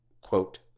quote